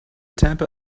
tampa